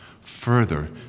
further